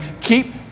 keep